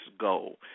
goal